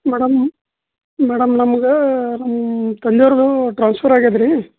madam madam ನಮಗೆ ನಮ್ಮ ತಂದೆಯರಿಗು ಟ್ರಾನ್ಸ್ಫರ್ ಆಗ್ಯಾದೆ ರೀ